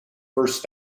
first